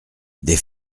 des